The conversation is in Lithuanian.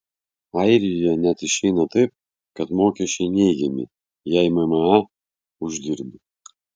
airijoje net išeina taip kad mokesčiai neigiami jei mma uždirbi